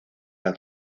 las